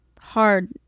hard